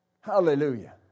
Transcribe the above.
Hallelujah